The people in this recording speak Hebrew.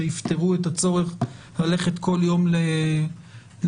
שיפטרו את הצורך ללכת כל יום לבדיקה,